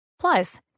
Plus